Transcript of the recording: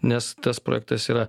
nes tas projektas yra